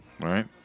right